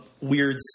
weird –